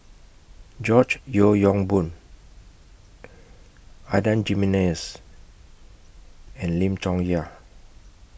George Yeo Yong Boon Adan Jimenez and Lim Chong Yah